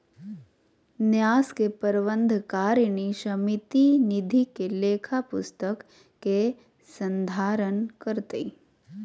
न्यास के प्रबंधकारिणी समिति निधि के लेखा पुस्तिक के संधारण करतय